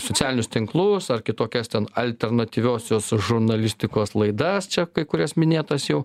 socialinius tinklus ar kitokias ten alternatyviosios žurnalistikos laidas čia kai kurias minėtas jau